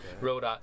road